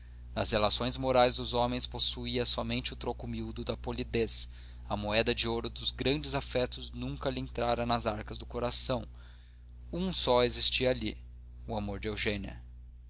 nas relações morais dos homens possuía somente o troco miúdo da polidez a moeda de ouro dos grandes afetos nunca lhe entrara nas arcas do coração um só existia ali o amor de eugênia